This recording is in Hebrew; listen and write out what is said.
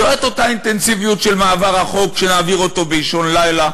לא את אותה אינטנסיביות של מעבר החוק שנעביר אותו באישון לילה,